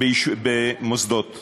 במוסדות